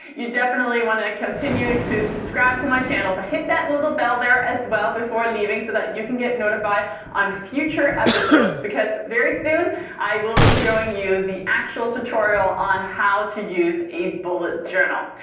you definitely want to continue to subscribe to my channel, so hit that little bell there as well before leaving so that you can get notified on future episodes because very soon i will be showing you the tutorial on how to use a bullet journal.